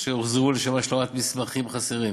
אשר הוחזרו לשם השלמת מסמכים חסרים,